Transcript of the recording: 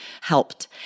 helped